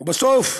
ובסוף,